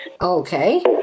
Okay